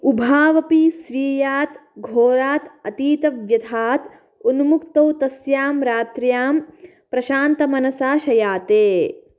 उभावपि स्वीयात् घोरात् अतीतव्यथात् उन्मुक्तौ तस्यां रात्र्यां प्रशान्तमनसा शयाते